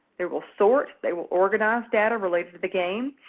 they will sort, they will organize data related to the game,